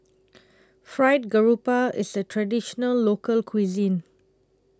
Fried Garoupa IS A Traditional Local Cuisine